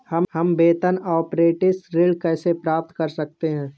हम वेतन अपरेंटिस ऋण कैसे प्राप्त कर सकते हैं?